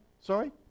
sorry